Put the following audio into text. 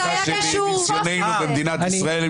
מניסיוננו במדינת ישראל,